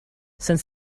since